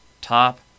top